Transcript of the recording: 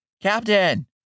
Captain